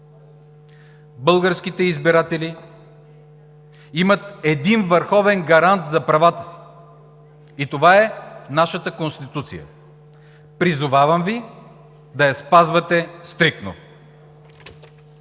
Българските избиратели имат един върховен гарант за правата си и това е нашата Конституция. Призовавам Ви да я спазвате стриктно!